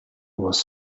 was